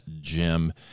Jim